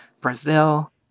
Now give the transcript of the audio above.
Brazil